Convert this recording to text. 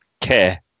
care